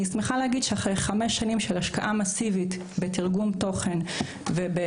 אני שמחה להגיד שאחרי חמש שנים של השקעה מסיבית בתרגום תוכן ובשיווק,